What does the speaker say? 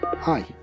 Hi